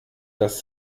das